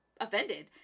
offended